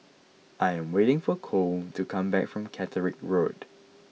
I am waiting for Kole to come back from Caterick Road